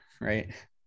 Right